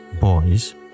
boys